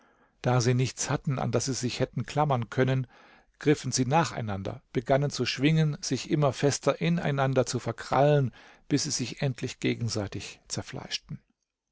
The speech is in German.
da sie nichts hatten an das sie sich hätten klammern können griffen sie nacheinander begannen zu schwingen sich immer fester ineinander zu verkrallen bis sie sich endlich gegenseitig zerfleischten